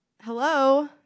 hello